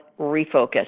refocus